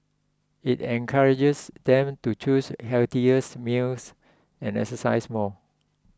it encourages them to choose healthier meals and exercise more